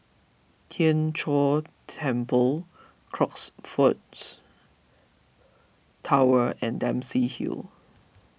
Tien Chor Temple Crockfords Tower and Dempsey Hill